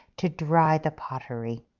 to dry the pottery.